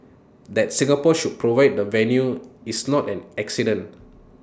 that Singapore should provide the venue is not an accident